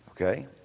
Okay